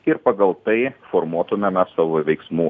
ir pagal tai formuotumėme savo veiksmų